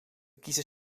kiezen